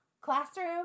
Classroom